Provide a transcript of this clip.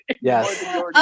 yes